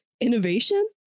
innovation